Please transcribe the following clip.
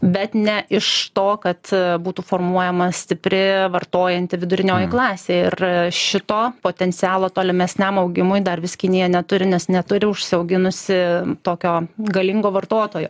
bet ne iš to kad būtų formuojama stipri vartojanti vidurinioji klasė ir šito potencialo tolimesniam augimui dar vis kinija neturi nes neturi užsiauginusi tokio galingo vartotojo